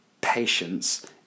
Patience